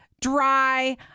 dry